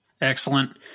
Excellent